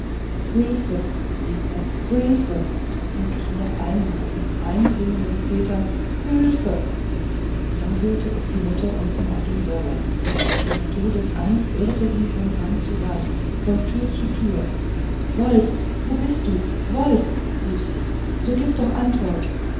hülfe schrie er hülfe und noch einmal mit durchdringendem zeter hülfe da hörte es die mutter unten auf dem söller und in todesangst irrte sie von gang zu gang von tür zu tür wolf wo bist du wolf rief sie so gib doch antwort